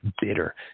bitter